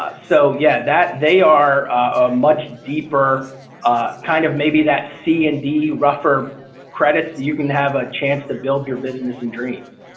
ah so yeah. that they are a much deeper kind of maybe that c and d rougher credits you can have a chance to build your business and dreams.